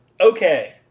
Okay